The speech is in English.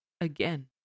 again